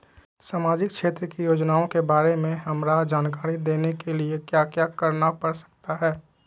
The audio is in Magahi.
सामाजिक क्षेत्र की योजनाओं के बारे में हमरा जानकारी देने के लिए क्या क्या करना पड़ सकता है?